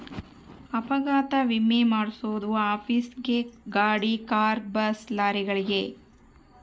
ಅಪಘಾತ ವಿಮೆ ಮಾದ್ಸೊದು ಆಫೀಸ್ ಗೇ ಗಾಡಿ ಕಾರು ಬಸ್ ಲಾರಿಗಳಿಗೆ